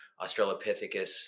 Australopithecus